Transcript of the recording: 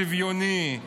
שוויוני,